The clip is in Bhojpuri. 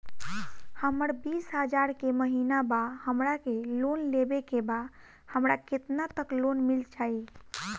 हमर बिस हजार के महिना बा हमरा के लोन लेबे के बा हमरा केतना तक लोन मिल जाई?